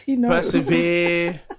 persevere